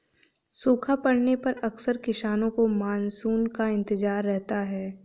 सूखा पड़ने पर अक्सर किसानों को मानसून का इंतजार रहता है